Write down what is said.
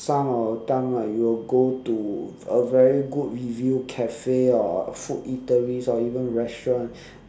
some of the time right you will go to a very good review cafe or food eateries or even restaurant